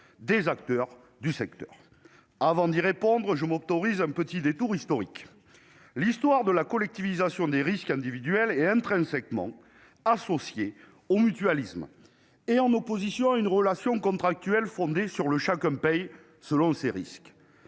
acteurs du secteur ? Avant de répondre, je m'autorise un petit détour historique. L'histoire de la collectivisation des risques individuels est intrinsèquement associée au mutualisme. Elle s'est construite en s'opposant au principe d'une relation contractuelle fondée sur le « chacun paye selon ses risques